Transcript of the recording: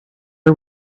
are